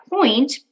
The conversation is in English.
point